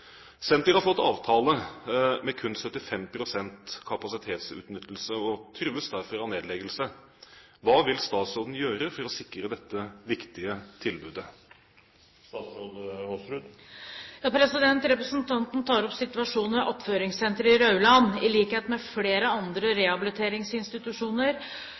har fått avtale med kun 75 pst. kapasitetsutnyttelse og trues derfor av nedleggelse. Hva vil statsråden gjøre for å sikre dette viktige tilbudet?» Representanten tar opp situasjonen ved Attføringssenteret i Rauland. I likhet med flere andre